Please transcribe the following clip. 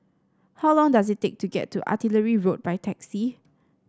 how long does it take to get to Artillery Road by taxi